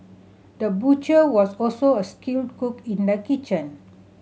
the butcher was also a skilled cook in the kitchen